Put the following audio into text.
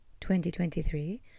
2023